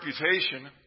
reputation